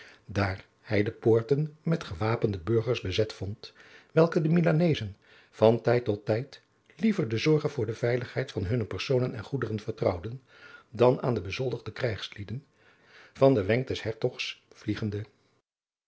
daar hij de poorten met gewapende burgers bezet vond welke de milanezen van dien tijd liever de zorge voor de veiligheid van hunne personen en goederen vertrouwden dan aan bezoldigde krijgslieden van den wenk des hertogs vliegende